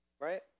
right